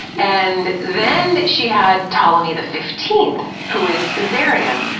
and then she had ptolemy the fifteenth, who is caesarion,